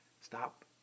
Stop